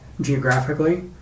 geographically